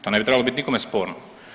To ne bi trebalo bit nikome sporno.